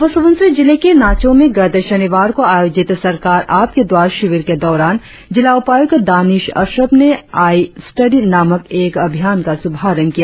अपर सुबनसिरी जिले के नाचों में गत शनिवार को आयोजित सरकार आपके द्वार शिविर के दौरान जिला उपायुक्त दानिश अश्रफ ने आई स्टडी नामक एक अभियान का शुभारंभ किया